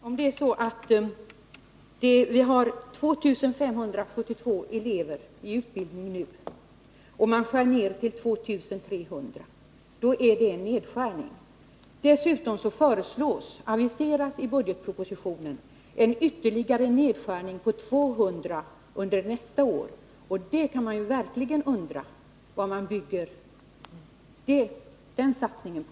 Herr talman! Om man har 2 572 elever i utbildning nu och minskar antalet platser till 2 300 är detta en nedskärning. Dessutom aviseras i budgetpropositionen en ytterligare nedskärning med 200 platser under nästa år, och då kan man verkligen undra vad man bygger denna åtgärd på.